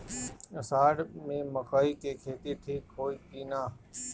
अषाढ़ मे मकई के खेती ठीक होई कि ना?